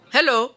Hello